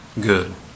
good